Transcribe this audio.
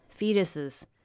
fetuses